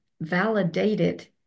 validated